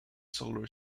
solar